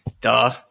Duh